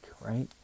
right